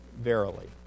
verily